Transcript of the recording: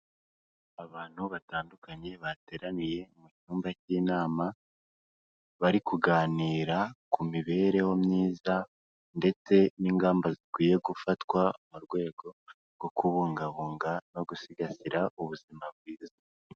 Abantu batandukanye bateraniye mu cyumba k'inama, bari kuganira ku mibereho myiza ndetse n'ingamba zikwiye gufatwa mu rwego rwo kubungabunga no gusigasira ubuzima bwiza.